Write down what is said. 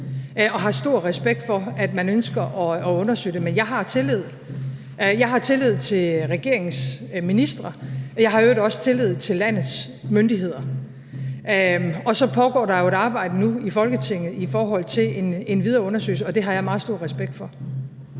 Jeg har stor respekt for, at man ønsker at undersøge det, men jeg har tillid. Jeg har tillid til regeringens ministre, og jeg har i øvrigt også tillid til landets myndigheder. Og så pågår der jo et arbejde nu i Folketinget i forhold til en videre undersøgelse, og det har jeg meget stor respekt for.